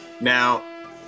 now